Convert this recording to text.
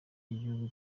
igihugu